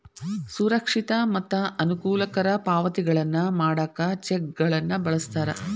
ಸುರಕ್ಷಿತ ಮತ್ತ ಅನುಕೂಲಕರ ಪಾವತಿಗಳನ್ನ ಮಾಡಾಕ ಚೆಕ್ಗಳನ್ನ ಬಳಸ್ತಾರ